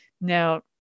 Now